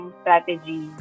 strategy